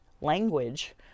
language